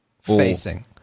facing